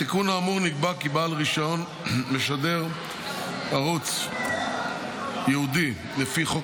בתיקון האמור נקבע כי בעל רישיון לשדר ערוץ ייעודי לפי חוק